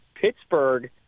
Pittsburgh